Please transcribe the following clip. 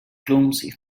clumsy